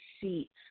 seat